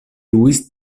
luis